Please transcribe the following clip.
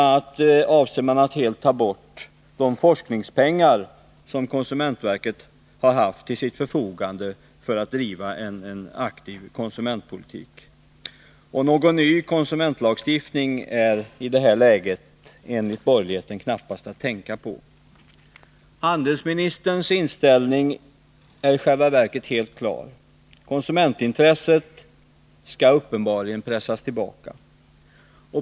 a. avser man att helt dra in de forskningspengar som konsumentverket har haft till sitt förfogande för att kunna driva en aktiv konsumentpolitik. Någon ny konsumentlagstiftning är i det här läget enligt borgerligheten knappast att tänka på. Handelsministerns ins'ällning är i själva verket helt klar: konsumentintresset skall uppenbarligen pressas tillbaka.